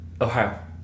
Ohio